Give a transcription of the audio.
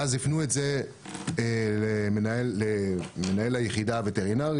ואז הפנו את זה למנהל היחידה הווטרינרית